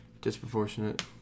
Disproportionate